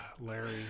Larry